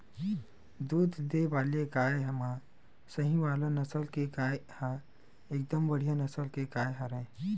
दूद देय वाले गाय म सहीवाल नसल के गाय ह एकदम बड़िहा नसल के गाय हरय